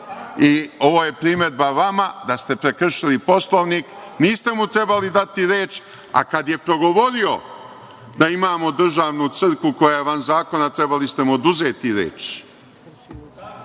je primedba vama da ste prekršili Poslovnik. Niste mu trebali dati reč, a kada je progovorio da imamo državnu crkvu koja je van zakona, trebali ste mu oduzeti reč.